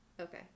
Okay